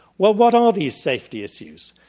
well what are these safety issues?